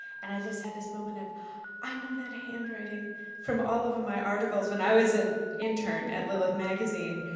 and i just had this moment of i know that handwriting from all over my articles when i was an intern at lilith magazine.